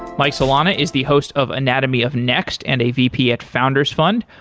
mike solana is the host of anatomy of next and a vp at founders fund.